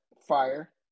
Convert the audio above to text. Fire